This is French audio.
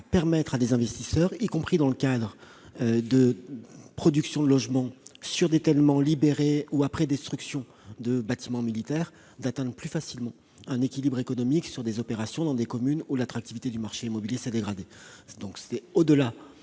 permettre à des investisseurs, y compris dans le cadre de la production de logements sur des terrains libérés ou après destruction de bâtiments militaires, d'atteindre plus facilement un équilibre économique sur leurs opérations dans ces communes. Ainsi, monsieur Raynal, il ne s'agit pas